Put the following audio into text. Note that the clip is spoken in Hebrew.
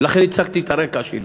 לכן הצגתי את הרקע שלי.